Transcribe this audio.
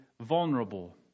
vulnerable